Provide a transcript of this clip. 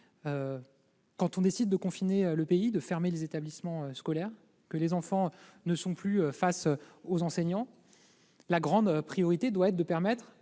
quand on décide de confiner le pays, de fermer les établissements scolaires et que les enfants ne sont plus face aux enseignants, la grande priorité doit être de permettre